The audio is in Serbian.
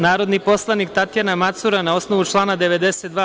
Narodni poslanik Tatjana Macura na osnovu člana 92.